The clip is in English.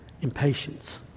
Impatience